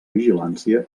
vigilància